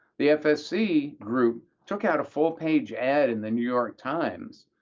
the fsc group took out a full-page ad in the new york times,